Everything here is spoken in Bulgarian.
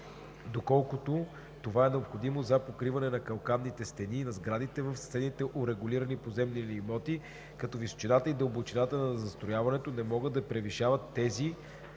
доколкото това е необходимо за покриване на калканните стени на сградите в съседните урегулирани поземлени имоти, като височината и дълбочината на застрояването не могат да превишават тези